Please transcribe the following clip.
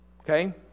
Okay